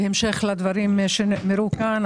בהמשך לדברים שנאמרו כאן,